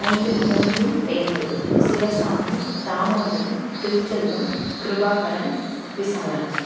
ஐந்து நபர்களின் பெயர்கள் சிவசாமி தாமோதரன் திருச்செல்வம் கிருபாகரன் விசாலாட்சி